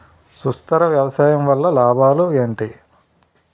సుస్థిర వ్యవసాయం వల్ల లాభాలు ఏంటి?